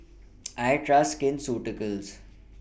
I Trust Skin Ceuticals